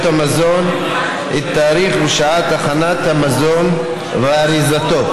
המזון את תאריך ושעת הכנת המזון ואריזתו,